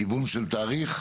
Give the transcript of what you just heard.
כיוון של תאריך?